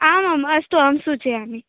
आमाम् अस्तु अहं सूचयामि